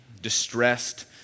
distressed